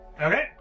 Okay